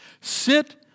Sit